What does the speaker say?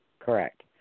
Correct